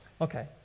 Okay